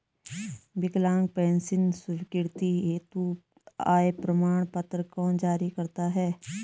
विकलांग पेंशन स्वीकृति हेतु आय प्रमाण पत्र कौन जारी करता है?